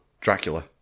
Dracula